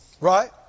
Right